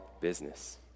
business